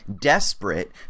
desperate